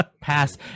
Pass